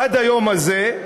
עד היום הזה,